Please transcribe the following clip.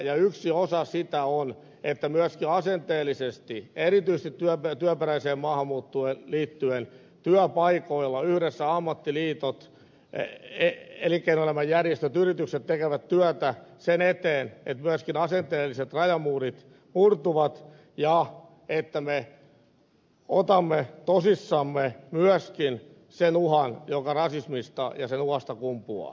yksi osa sitä on että myöskin asenteellisesti ja erityisesti työperäiseen maahanmuuttoon liittyen työpaikoilla yhdessä ammattiliitot elinkeinoelämän järjestöt yritykset tekevät työtä sen eteen että myöskin asenteelliset rajamuurit murtuvat ja että me otamme tosissamme myöskin sen uhan joka rasismista ja sen uhasta kumpuaa